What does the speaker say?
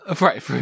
Right